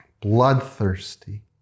bloodthirsty